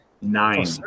nine